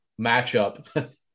matchup